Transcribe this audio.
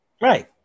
right